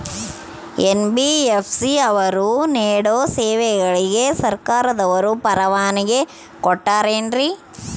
NBFC ಅವರು ನೇಡೋ ಸೇವೆಗಳಿಗೆ ಸರ್ಕಾರದವರು ಪರವಾನಗಿ ಕೊಟ್ಟಾರೇನ್ರಿ?